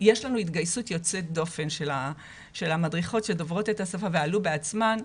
יש לנו התגייסות יוצאת דופן של המדריכות שדוברות את השפה ועלו בעצמן,